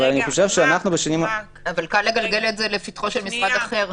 אבל- -- אבל קל לגלגל את זה לפתחו של משרד אחר.